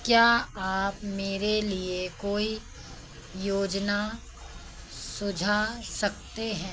क्या आप मेरे लिए कोई योजना सुझा सकते हैं